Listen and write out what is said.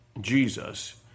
Jesus